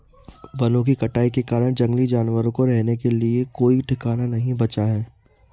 वनों की कटाई के कारण जंगली जानवरों को रहने के लिए कोई ठिकाना नहीं बचा है